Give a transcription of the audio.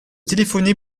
téléphoner